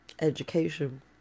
Education